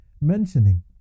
mentioning